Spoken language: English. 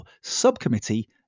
Subcommittee